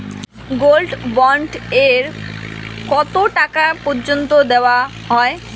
Gold bond এ কতো টাকা পর্যন্ত দেওয়া হয়?